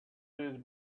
these